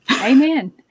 Amen